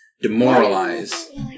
Demoralize